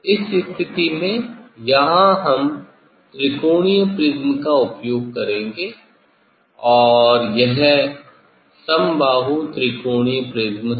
इस स्थिति में यहां हम त्रिकोणीय प्रिज्म का उपयोग करेंगे और यह समबाहु त्रिकोणीय प्रिज्म है